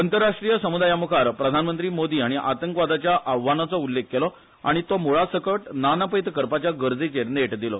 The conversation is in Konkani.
अंतरराष्ट्रीय समुदायामुखार प्रधानमंत्री मोदी हाणी आतंकवादाच्या आव्हानाचो उल्लेख केलो आनी तो मुळासकट ना नपैत करपाच्या गरजेचेर नेट दिलो